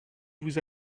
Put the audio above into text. vous